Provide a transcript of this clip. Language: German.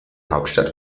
hauptstadt